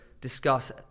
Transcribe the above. discuss